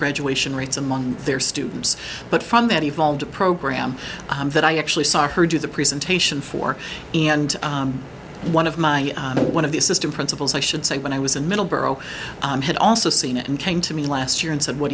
graduation rates among their students but from that evolved a program that i actually saw her do the presentation for and one of my one of the assistant principals i should say when i was in middleborough had also seen it and came to me last year and said what